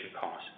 cost